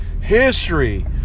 history